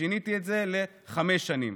ושיניתי את זה לחמש שנים.